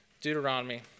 Deuteronomy